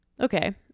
okay